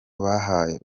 baguhaye